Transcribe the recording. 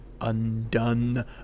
undone